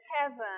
heaven